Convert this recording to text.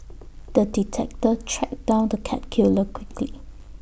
the detective tracked down the cat killer quickly